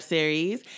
Series